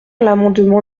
l’amendement